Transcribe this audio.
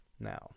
Now